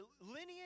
lineage